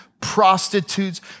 prostitutes